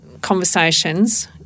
conversations